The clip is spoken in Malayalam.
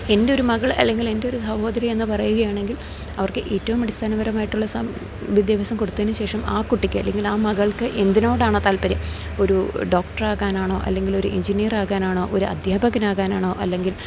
എൻ്റെ ഒരു മകൾ അല്ലെങ്കിൽ എൻ്റെ ഒരു സഹോദരി എന്ന് പറയുകയാണെങ്കിൽ അവർക്ക് ഏറ്റവും അടിസ്ഥാനപരമായിട്ടുള്ള വിദ്യാഭ്യാസം കൊടുത്തതിന് ശേഷം ആ കുട്ടിക്ക് അല്ലെങ്കിൽ ആ മകൾക്ക് എന്തിനോടാണോ താല്പര്യം ഒരു ഡോക്ടറാകാനാണോ അല്ലെങ്കിലൊരു എഞ്ചിനീയറാകാനാണോ ഒരു അധ്യാപകനാകാനാണോ അല്ലെങ്കിൽ